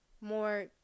more